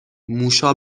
موشا